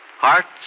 Hearts